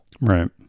Right